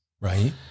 Right